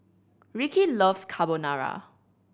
Rickey loves Carbonara